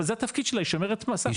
אבל זה התפקיד שלה היא שומרת סף,